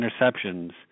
interceptions